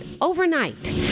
overnight